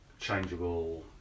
changeable